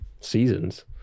seasons